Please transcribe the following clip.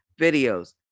videos